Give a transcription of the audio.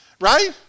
right